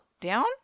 down